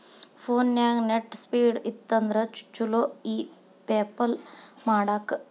ಫೋನ್ಯಾಗ net speed ಇತ್ತಂದ್ರ ಚುಲೊ ಇ ಪೆಪಲ್ ಮಾಡಾಕ